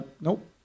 nope